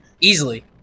easily